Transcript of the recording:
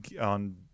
on